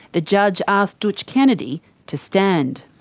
the judge asked dootch kennedy to stand.